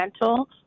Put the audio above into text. mental